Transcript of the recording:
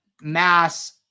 mass